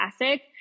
classic